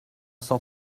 cent